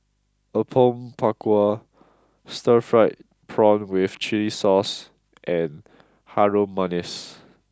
Apom Berkuah Stir Fried Prawn with Chili Sauce and Harum Manis